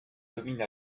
dominent